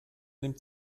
nimmt